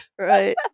right